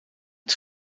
het